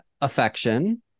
affection